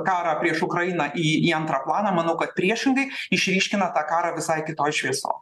karą prieš ukrainą į į antrą planą manau kad priešingai išryškina tą karą visai kitoj šviesoj